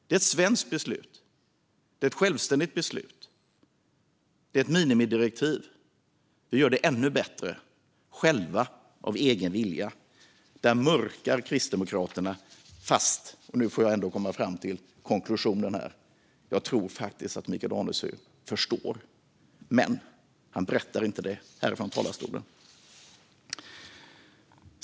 Det är ett svenskt beslut, ett självständigt beslut. Det är ett minimidirektiv. Vi gör det ännu bättre av egen vilja. Där mörkar Kristdemokraterna. Nu får jag komma fram till konklusionen: Jag tror faktiskt att Michael Anefur förstår, men han berättar inte det här från talarstolen.